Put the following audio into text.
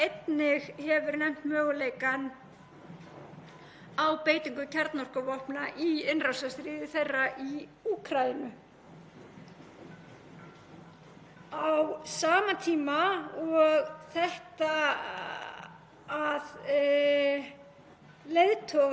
Á sama tíma og leiðtogar tveggja stærstu kjarnorkuvelda heimsins eru í svona vangaveltum eru aðrar þjóðir að